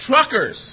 truckers